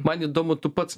man įdomu tu pats